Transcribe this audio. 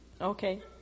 Okay